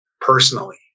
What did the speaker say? personally